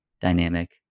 dynamic